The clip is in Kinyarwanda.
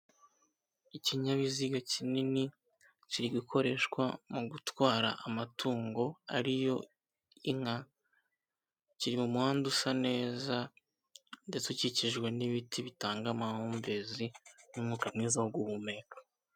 Ikinyabiziga kinini kiri gukoreshwa mu gutwara amatungo ariyo inka, kiri mu muhanda usa neza ndetse ukikijwe n'ibiti bitanga amahumbezi y'umwuka mwiza wo guhumeka.